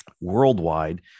worldwide